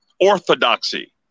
orthodoxy